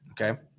okay